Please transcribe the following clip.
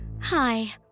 Hi